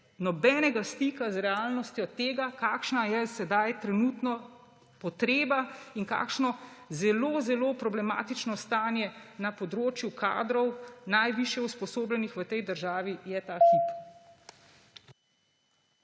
nobenega stika z realnostjo tega, kakšna je sedaj trenutno potreba in kakšno zelo zelo problematično stanje na področju najvišje usposobljenih kadrov v tej državi je ta hip.